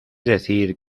decir